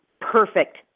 perfect